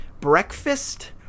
breakfast